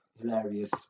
Hilarious